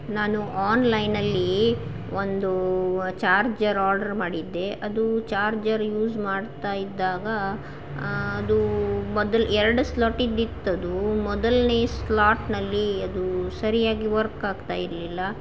ನಾನು ಆನ್ಲೈನಲ್ಲಿ ಒಂದು ಚಾರ್ಜರ್ ಆರ್ಡ್ರ್ ಮಾಡಿದ್ದೆ ಅದು ಚಾರ್ಜರ್ ಯೂಸ್ ಮಾಡ್ತಾ ಇದ್ದಾಗ ಅದು ಮೊದಲು ಎರಡು ಸ್ಲಾಟಿದ್ದು ಇತ್ತದು ಮೊದಲನೇ ಸ್ಲಾಟ್ನಲ್ಲಿ ಅದು ಸರಿಯಾಗಿ ವರ್ಕ್ ಆಗ್ತಾ ಇರಲಿಲ್ಲ